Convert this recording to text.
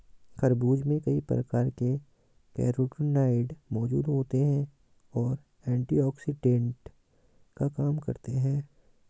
खरबूज में कई प्रकार के कैरोटीनॉयड मौजूद होते और एंटीऑक्सिडेंट का काम करते हैं